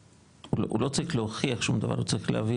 הוא לא צריך להוכיח שום דבר הוא צריך רק להביא